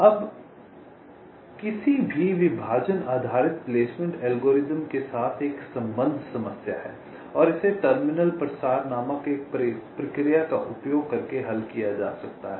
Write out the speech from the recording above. अब ठीक है कि किसी भी विभाजन आधारित प्लेसमेंट एल्गोरिथम के साथ एक संबद्ध समस्या है और इसे टर्मिनल प्रसार नामक एक प्रक्रिया का उपयोग करके हल किया जा सकता है